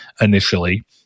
initially